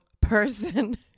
person